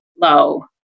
low